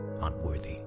unworthy